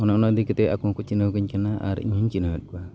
ᱚᱱ ᱚᱱᱟ ᱤᱫᱤ ᱠᱟᱛᱮᱫ ᱟᱠᱚ ᱦᱚᱸᱠᱚ ᱪᱤᱱᱦᱟᱹᱣ ᱠᱟᱹᱧ ᱠᱟᱱᱟ ᱟᱨ ᱤᱧ ᱦᱚᱧ ᱪᱤᱱᱦᱟᱹᱣᱮᱫ ᱠᱚᱣᱟ